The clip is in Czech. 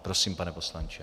Prosím, pane poslanče.